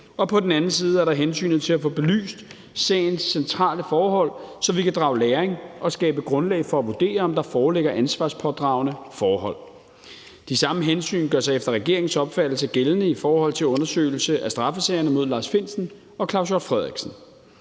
og på den anden side er der hensynet til at få belyst sagens centrale forhold, så vi kan drage læring af det og skabe grundlag for at vurdere, om der foreligger ansvarspådragende forhold. De samme hensyn gør sig efter regeringens opfattelse gældende i forhold til undersøgelsen af straffesagerne mod Lars Findsen og Claus Hjort Frederiksen.